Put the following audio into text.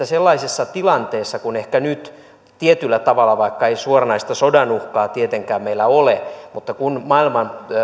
sellaisessa tilanteessa kuin ehkä nyt vaikka ei suoranaista sodan uhkaa tietenkään meillä ole kun kuitenkin maailman